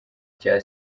cya